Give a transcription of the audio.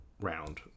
round